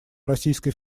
российской